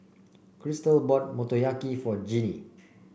Cristal bought Motoyaki for Jeannie